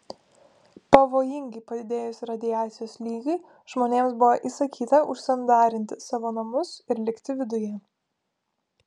pavojingai padidėjus radiacijos lygiui žmonėms buvo įsakyta užsandarinti savo namus ir likti viduje